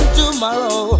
tomorrow